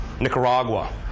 Nicaragua